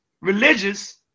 religious